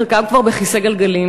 חלקם כבר בכיסא גלגלים,